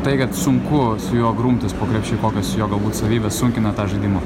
tai kad sunku su juo grumtis po krepšiu kokios jo galbūt savybės sunkina tą žaidimą